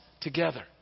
together